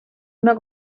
una